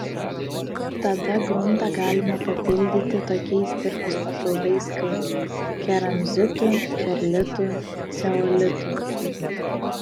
tada gruntą galima papildyti tokiais dirvos papildais kaip keramzitu perlitu ceolitu